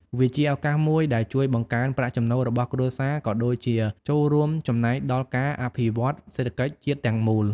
វាជាឱកាសមួយដែលជួយបង្កើនប្រាក់ចំណូលរបស់គ្រួសារ ក៏ដូចជាចូលរួមចំណែកដល់ការអភិវឌ្ឍសេដ្ឋកិច្ចជាតិទាំងមូល។